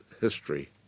history